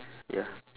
ya